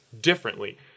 differently